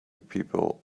people